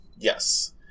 Yes